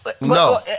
no